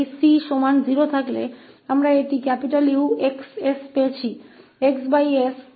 इसलिए इस 𝑐 को 0 के बराबर रखते हुए हमें यह 𝑈𝑥 𝑠 xs1s2 के रूप में मिला है